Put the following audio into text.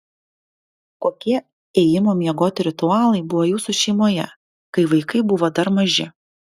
kokie ėjimo miegoti ritualai buvo jūsų šeimoje kai vaikai buvo dar maži